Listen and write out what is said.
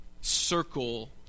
circle